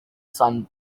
sun